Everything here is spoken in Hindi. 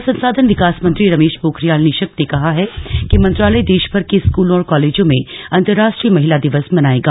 मानव संसाधन विकास मंत्री रमेश पोखरियाल निशंक ने कहा है कि मंत्रालय देशभर के स्कलों और कॉलेजों में अंतरराष्ट्रीय महिला दिवस मनाएगा